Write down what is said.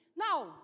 Now